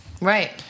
Right